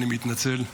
אני מתנצל,